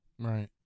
right